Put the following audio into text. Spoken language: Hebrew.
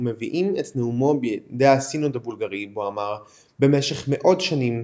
ומביאים את נאומו בפני הסינוד הבולגרי בו אמר "במשך מאות שנים,